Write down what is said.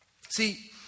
See